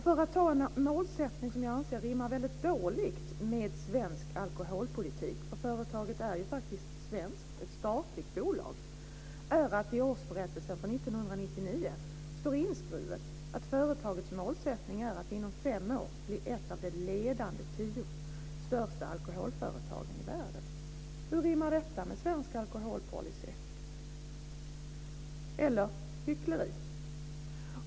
Företagets målsättning, som jag anser rimmar väldigt dåligt med svensk alkoholpolitik, för företaget är faktiskt ett svenskt statligt bolag, är enligt årsberättelsen för 1999 att inom fem år bli ett av de ledande tio största alkoholföretagen i världen. Hur rimmar detta med svensk alkoholpolicy, eller hyckleri?